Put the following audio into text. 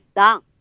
down